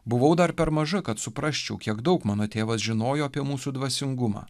buvau dar per maža kad suprasčiau kiek daug mano tėvas žinojo apie mūsų dvasingumą